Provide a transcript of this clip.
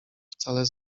wcale